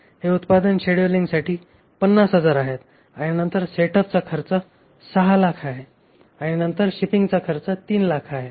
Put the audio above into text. हे उत्पादन शेड्यूलिंगसाठी 50000 आहेत नंतर सेटअपचा खर्च 600000 आहे आणि नंतर शिपिंगचा खर्च 300000 आहे